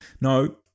No